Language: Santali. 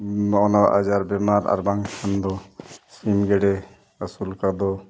ᱱᱟᱣᱟ ᱱᱟᱣᱟ ᱟᱡᱟᱨ ᱵᱤᱢᱟᱨ ᱟᱨ ᱵᱟᱝᱠᱷᱟᱱ ᱫᱚ ᱥᱤᱢ ᱜᱮᱰᱮ ᱟᱹᱥᱩᱞ ᱠᱚᱫᱚ